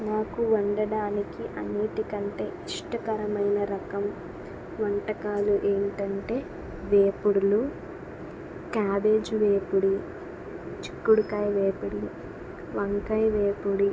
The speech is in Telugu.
నాకు వండడానికి అన్నిటికంటే ఇష్టకరమైన రకం వంటకాలు ఏంటంటే వేపుడులు క్యాబేజీ వేపుడు చిక్కుడుకాయ వేపుడు వంకాయ వేపుడు